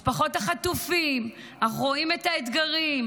משפחות החטופים, אנחנו רואים את האתגרים,